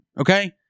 okay